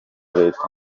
leta